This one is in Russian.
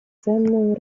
ценную